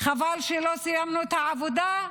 חבל שלא סיימנו את העבודה?